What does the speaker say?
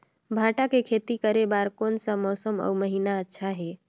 भांटा के खेती करे बार कोन सा मौसम अउ महीना अच्छा हे?